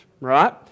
right